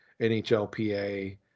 NHLPA